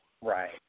Right